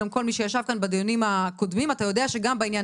גם כל מי שישב כאן בדיונים הקודמים אתה יודע שגם בעניין